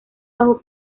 bajo